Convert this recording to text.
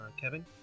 Kevin